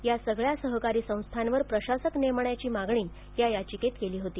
या सगळ्या सहकारी संस्थांवर प्रशासक नेमण्याची मागणी या याचिकेत केली होती